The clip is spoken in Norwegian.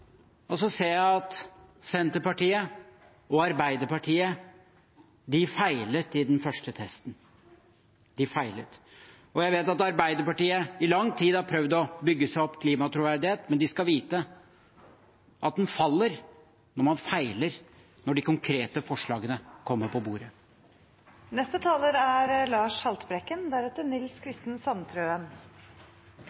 Og så ser jeg at Senterpartiet og Arbeiderpartiet feilet i den første testen. Jeg vet at Arbeiderpartiet i lang tid har prøvd å bygge seg opp klimatroverdighet, men de skal vite at den faller når man feiler når de konkrete forslagene kommer på bordet. Klimakrisen verden står midt oppe i, er